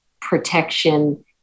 protection